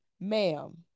ma'am